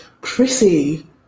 Prissy